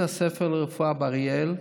בית הספר לרפואה באריאל,